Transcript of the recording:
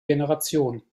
generation